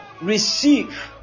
receive